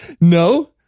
No